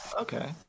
Okay